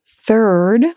third